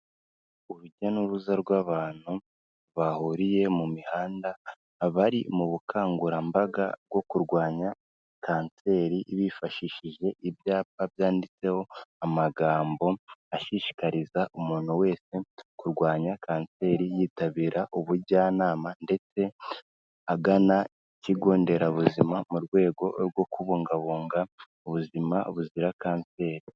Urujya n'uruza rw'abantu bahuriye mu mihanda, bari mu bukangurambaga bwo kurwanya kanseri, bifashishije ibyapa byanditseho amagambo ashishikariza umuntu wese kurwanya kanseri, yitabira ubujyanama ndetse agana ikigo nderabuzima mu rwego rwo kubungabunga ubuzima buzira kanseri.